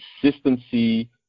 consistency